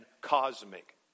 cosmic